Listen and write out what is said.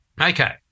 Okay